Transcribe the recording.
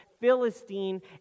Philistine